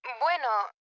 Bueno